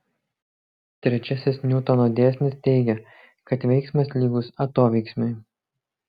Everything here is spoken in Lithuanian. trečiasis niutono dėsnis teigia kad veiksmas lygus atoveiksmiui